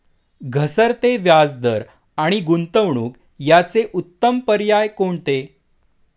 घसरते व्याजदर आणि गुंतवणूक याचे उत्तम पर्याय कोणते?